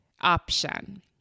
option